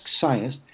science